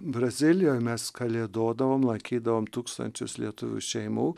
brazilijoj mes kalėdodavom lankydavom tūkstančius lietuvių šeimų